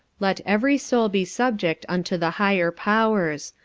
let every soul be subject unto the higher powers.